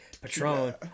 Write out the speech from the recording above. Patron